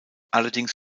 allerdings